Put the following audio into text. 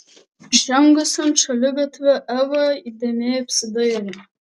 žengusi ant šaligatvio eva įdėmiai apsidairė